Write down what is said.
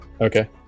Okay